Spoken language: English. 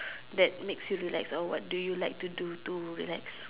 that makes you relax or what do you like to do to relax